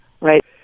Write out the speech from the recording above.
right